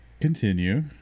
Continue